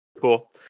Cool